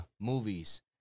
movies